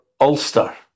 Ulster